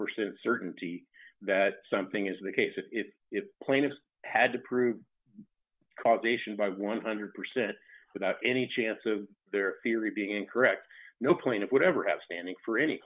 percent certainty that something is the case if it plaintiffs had to prove causation by one hundred percent without any chance of their theory being incorrect no plaintiff would never have standing for any